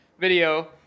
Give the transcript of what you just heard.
video